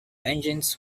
engines